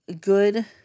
good